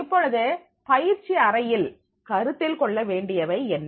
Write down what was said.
இப்பொழுது பயிர்ச்சி அறையில் கருத்தில் கொள்ள வேண்டியவை என்ன